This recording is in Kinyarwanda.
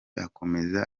akomeza